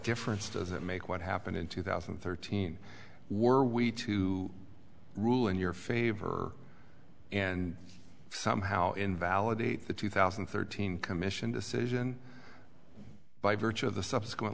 difference does it make what happened in two thousand and thirteen were we to rule in your favor and somehow invalidate the two thousand and thirteen commission decision by virtue of the subsequent